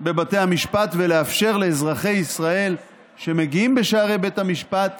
בבתי המשפט ולאפשר לאזרחי ישראל שמגיעים בשערי בית המשפט